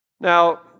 Now